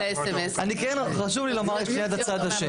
אני כן, חשוב לי לומר את הצד השני.